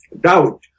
doubt